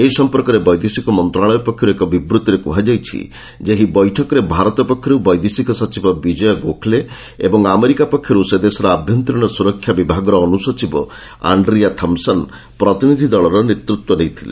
ଏ ସଂପର୍କରେ ବୈଦେଶିକ ମନ୍ତ୍ରଣାଳୟ ପକ୍ଷରୁ ଏକ ବିବୃତ୍ତିରେ କୁହାଯାଇଛି ଯେ ଏହି ବୈଠକରେ ଭାରତ ପକ୍ଷରୁ ବୈଦେଶିକ ସଚିବ ବିଜୟ ଗୋଖଲେ ଏବଂ ଆମେରିକା ପକ୍ଷରୁ ସେ ଦେଶର ଆଭ୍ୟନ୍ତରୀଣ ସୁରକ୍ଷା ବିଭାଗର ଅନୁସଚିବ ଆଣ୍ଡ୍ରିଆ ଥମ୍ସନ୍ ପ୍ରତିନିଧି ଦଳର ନେତୃତ୍ୱ ନେଇଥିଲେ